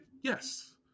yes